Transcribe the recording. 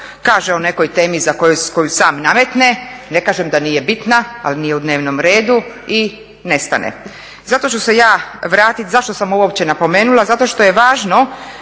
Kaže o nekoj temi koju sam nametne, ne kažem da nije bitna, ali nije u dnevnom redu i nestane. I zato ću se ja vratiti zašto sam ovo uopće napomenula. Zato što je važno